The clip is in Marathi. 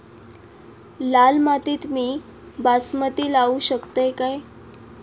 लाल मातीत मी बासमती लावू शकतय काय?